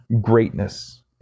greatness